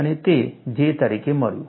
અને તમને તે J તરીકે મળ્યું